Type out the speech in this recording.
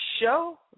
show